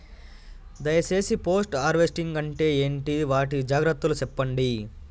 దయ సేసి post harvesting అంటే ఏంటి? వాటి జాగ్రత్తలు సెప్పండి?